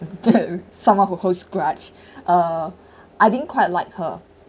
that someone who holds grudge uh I didn't quite like her